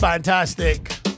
Fantastic